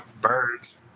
birds